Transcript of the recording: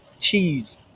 Cheese